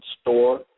store